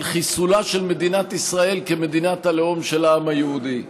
חיסולה של מדינת ישראל כמדינת הלאום של העם היהודי.